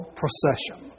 procession